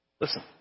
Listen